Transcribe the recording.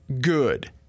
good